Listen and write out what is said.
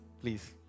Please